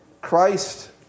Christ